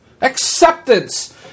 Acceptance